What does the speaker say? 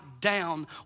down